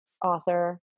author